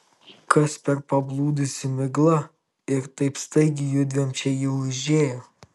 kas per pablūdusi migla ir taip staigiai judviem čia ji užėjo